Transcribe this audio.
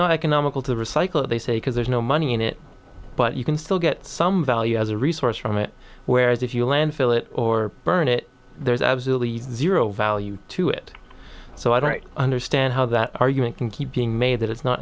not economical to recycle they say because there's no money in it but you can still get some value as a resource from it whereas if you land fill it or burn it there's absolutely zero value to it so i don't understand how that argument can keep being made that it's not